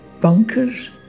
bunkers